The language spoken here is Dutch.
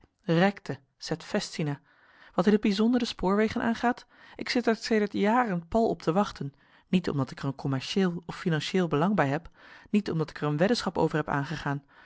festina wat in t bijzonder de spoorwegen aangaat ik zit er sedert jaren pal op te wachten niet omdat ik er een commercieel of financiëel belang bij heb niet omdat ik er een weddenschap over heb aangegaan